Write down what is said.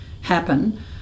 happen